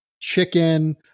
chicken